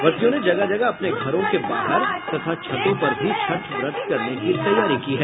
व्रतियों ने जगह जगह अपने घरों के बाहर तथा छतों पर भी छठ व्रत करने की तैयारी की है